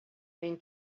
been